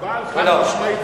מוגבל חד-משמעית לא אמרתי.